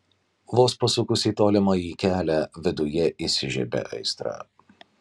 vos pasukus į tolimąjį kelią viduje įsižiebia aistra